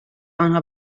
آنها